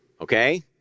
Okay